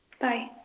Bye